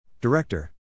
Director